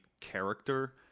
character